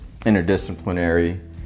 interdisciplinary